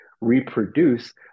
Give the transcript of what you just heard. reproduce